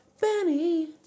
Benny